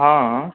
हँ